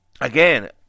again